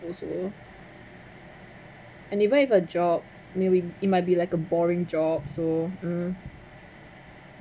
also and even if a job when it might be like a boring job so mm